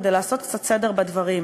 כדי לעשות קצת סדר בדברים,